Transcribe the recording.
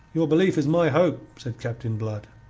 your belief is my hope, said captain blood.